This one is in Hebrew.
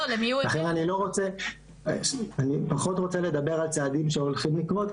לכן, אני פחות רוצה לדבר על צעדים שהולכים לקרות,